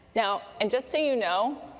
now, and just so you know,